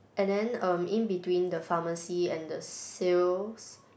and then um in between the pharmacy and the sales